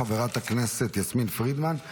חברת הכנסת יסמין פרידמן.